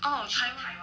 oh taiwan